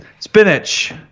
spinach